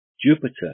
Jupiter